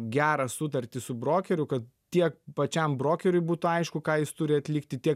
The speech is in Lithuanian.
gerą sutartį su brokeriu kad tiek pačiam brokeriui būtų aišku ką jis turi atlikti tiek